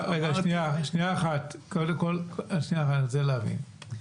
אני רוצה להבין.